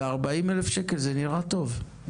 ב-40,000 ₪ זה נראה טוב.